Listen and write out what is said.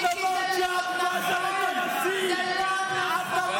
זה שלכם, היא שלכם, השנאה היא שלכם.